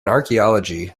archaeology